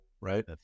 Right